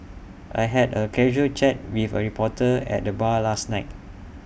I had A casual chat with A reporter at the bar last night